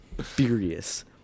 furious